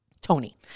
tony